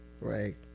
right